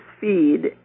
feed